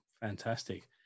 fantastic